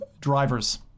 Drivers